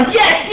yes